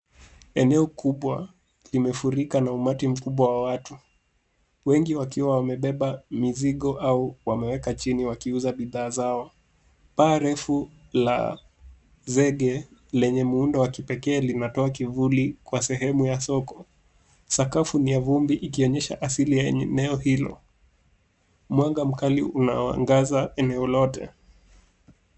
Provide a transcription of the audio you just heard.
Eneo kubwa limefurika na umati mkubwa wa watu wengi wakiwa wamebeba mizigo au wameweka chini wakiuza bidhaa zao. Paa refu la zege lenye muundo wa kipekee linatoa kivuli kwa sehemu ya soko. Sakafu ni ya vumbi ikionyesha asili ya eneo hilo. Mwanga mkali unaangaza eneo lote.